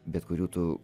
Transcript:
bet kurių tu